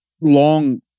long